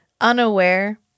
unaware